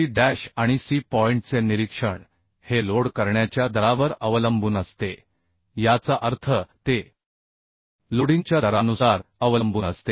C dash आणि C पॉईंटचे निरीक्षण हे लोड करण्याच्या दरावर अवलंबून असते याचा अर्थ ते लोडिंगच्या दरानुसार अवलंबून असते